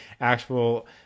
actual